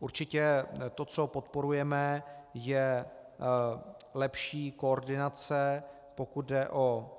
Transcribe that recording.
Určitě to, co podporujeme, je lepší koordinace, pokud jde o